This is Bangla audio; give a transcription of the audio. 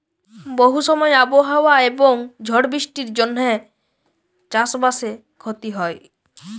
বহু সময় আবহাওয়া এবং ঝড় বৃষ্টির জনহে চাস বাসে ক্ষতি হয়